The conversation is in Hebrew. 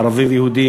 ערבים ויהודים.